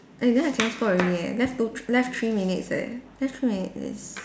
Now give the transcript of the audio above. eh then I cannot spot already leh left two left three minutes leh left three minutes is